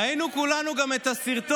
ראינו כולנו גם את הסרטון,